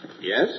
Yes